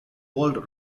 world